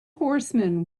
horsemen